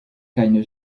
keine